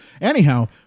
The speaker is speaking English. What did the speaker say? Anyhow